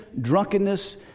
drunkenness